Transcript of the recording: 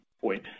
point